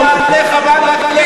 של נעליך מעל רגליך,